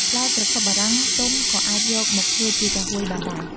ផ្លែក្រខុបបារាំងទុំក៏អាចយកមកធ្វើជាចាហួយបានដែរ។